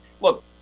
look